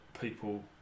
people